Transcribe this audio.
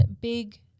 big